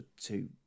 two